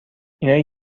اینایی